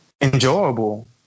enjoyable